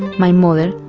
my mother,